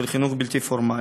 של חינוך בלתי-פורמלי.